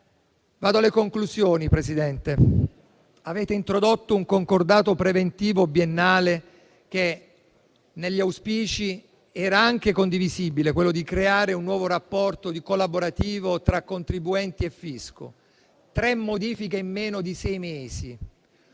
Vado alle conclusioni, signor Presidente. Avete introdotto un concordato preventivo biennale che negli auspici era anche condivisibile, quello di creare un nuovo rapporto collaborativo tra contribuenti e fisco. Vi sono state tre modifiche in meno di sei mesi,